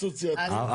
הנחנו